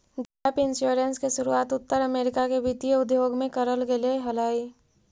gap insurance के शुरुआत उत्तर अमेरिका के वित्तीय उद्योग में करल गेले हलाई